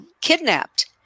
kidnapped